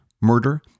murder